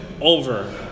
over